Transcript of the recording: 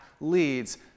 leads